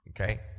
Okay